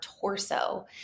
torso